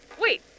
Wait